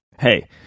hey